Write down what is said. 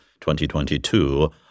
2022